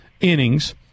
innings